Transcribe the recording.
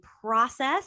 process